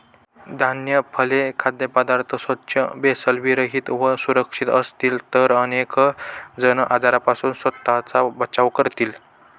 धान्य, फळे, खाद्यपदार्थ स्वच्छ, भेसळविरहित व सुरक्षित असतील तर अनेक जण आजारांपासून स्वतःचा बचाव करतील